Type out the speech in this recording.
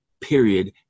period